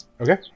Okay